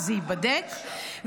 זה ייבדק,